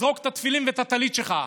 תזרוק את התפילין ואת הטלית שלך.